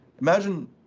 imagine